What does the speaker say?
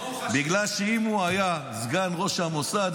בגלל שאם הוא היה סגן ראש המוסד,